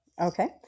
Okay